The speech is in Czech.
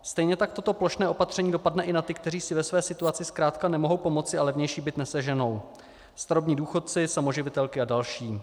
Stejně tak toto plošné opatření dopadne i na ty, kteří si ve své situaci zkrátka nemohou pomoci a levnější byt neseženou: starobní důchodci, samoživitelky a další.